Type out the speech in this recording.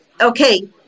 okay